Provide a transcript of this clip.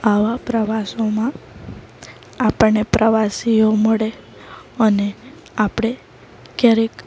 આવા પ્રવાસોમાં આપણને પ્રવાસીઓ મળે અને આપણે ક્યારેક